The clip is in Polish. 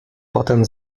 potem